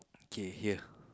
kay here